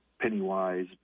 penny-wise